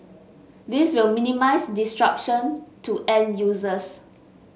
this will minimise disruption to end users